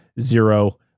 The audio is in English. zero